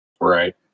Right